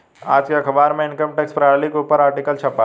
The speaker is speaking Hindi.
आज के अखबार में इनकम टैक्स प्रणाली के ऊपर आर्टिकल छपा है